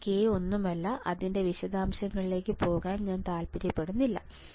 എന്റെ k ഒന്നുമല്ല അതിൻറെ വിശദാംശങ്ങളിലേക്ക് പോകാൻ ഞാൻ താൽപ്പര്യപ്പെടുന്നില്ല